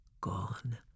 Gone